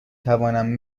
توانم